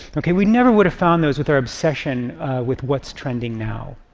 okay? we never would have found those with our obsession with what's trending now.